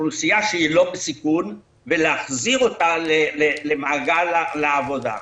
אוכלוסייה שהיא לא בסיכון ולהחזיר אותה למעגל העבודה.